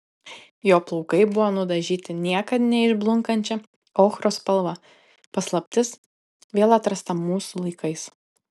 jo plaukai buvo nudažyti niekad neišblunkančia ochros spalva paslaptis vėl atrasta mūsų laikais